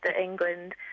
England